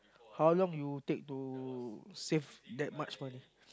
how long you take to save that much money